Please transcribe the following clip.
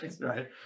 Right